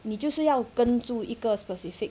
你是要跟住一个:ni shiyao gen zhu yi ge specific